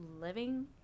living